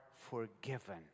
forgiven